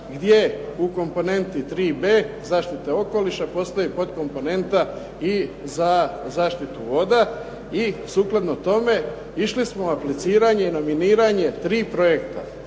je u komponenti 3b zaštite okoliša postoji podkomponenta i za zaštitu voda i sukladno tome išli smo na impliciranje i nominiranje tri projekta.